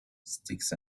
sticks